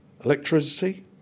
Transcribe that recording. electricity